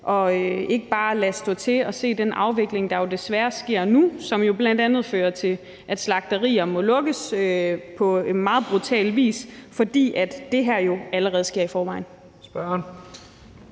og ikke bare lade stå til og se den afvikling, der jo desværre sker nu, og som bl.a. fører til, at slagterier på meget brutal vis må lukkes, fordi det her jo allerede sker i forvejen.